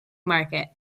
market